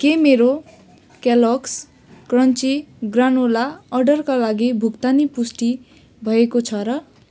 के मेरो Kellogg's crunchy granola अर्डरका लागि भुक्तानी पुष्टि भएको छ र